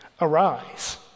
arise